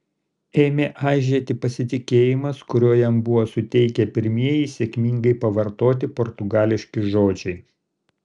ėmė aižėti pasitikėjimas kurio jam buvo suteikę pirmieji sėkmingai pavartoti portugališki žodžiai